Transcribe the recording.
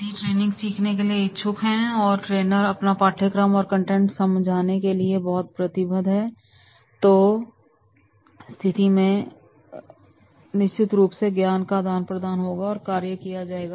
यदि ट्रेनिंग सीखने के लिए इच्छुक है और ट्रेनर अपना पाठ्यक्रम और कंटेंट समझाने के लिए बहुत प्रतिबंध है तो स्थिति में निश्चित रूप से ज्ञान का आदान प्रदान होगा और कार्य किया जाएगा